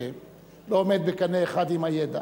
ולא עולה בקנה אחד עם הידע.